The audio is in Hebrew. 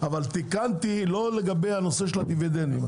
אבל לא תיקנתי לגבי הנושא של הדיבידנדים.